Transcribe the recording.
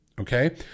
Okay